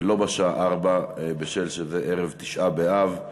ולא בשעה 16:00, מכיוון שזה ערב תשעה באב.